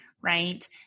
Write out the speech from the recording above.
right